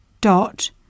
dot